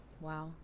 Wow